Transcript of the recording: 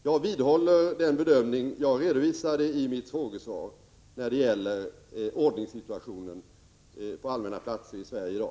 Jag vidhåller den bedömning jag redovisade i mitt frågesvar när det gäller ordningssituationen på allmänna platser i Sverige i dag.